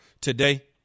today